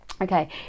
Okay